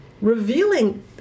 revealing